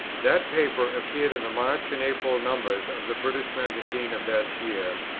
that paper appeared in the march and april numbers of the british magazine of that year,